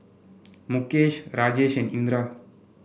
Mukesh Rajesh and Indira